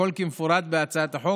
הכול כמפורט בהצעת החוק,